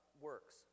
works